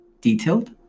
detailed